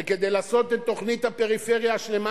וכדי לעשות את תוכנית הפריפריה השלמה